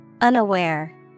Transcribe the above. Unaware